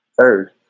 Third